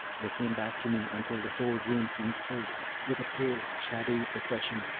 they came back to me, until the whole room seemed filled with a pale, shadowy procession,